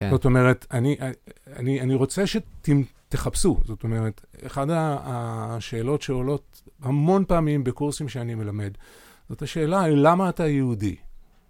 זאת אומרת, אני רוצה שתחפשו, זאת אומרת, אחת השאלות שעולות המון פעמים בקורסים שאני מלמד, זאת השאלה היא, למה אתה יהודי?